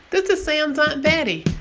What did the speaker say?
this is sam's aunt betty.